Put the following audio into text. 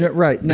but right. yeah